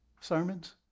sermons